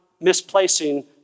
misplacing